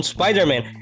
Spider-Man